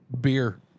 beer